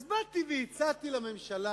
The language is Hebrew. אז באתי והצעתי לממשלה: